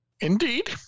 Indeed